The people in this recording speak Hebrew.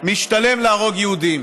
משתלם להרוג יהודים.